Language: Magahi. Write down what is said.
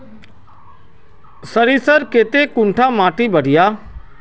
सरीसर केते कुंडा माटी बढ़िया?